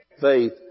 Faith